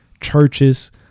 churches